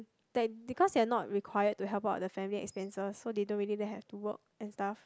that because they are not required to help out with the family expenses so they don't really have to work and stuff